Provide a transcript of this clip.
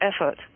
effort